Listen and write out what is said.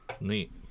Neat